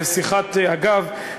בשיחת אגב,